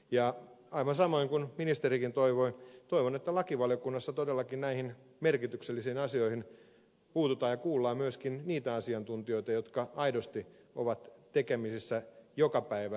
ja aivan samoin kuin ministerikin toivoi toivon että lakivaliokunnassa todellakin näihin merkityksellisiin asioihin puututaan ja kuullaan myöskin niitä asiantuntijoita jotka aidosti ovat tekemisissä joka päivä rikollismaailmassa